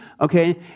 okay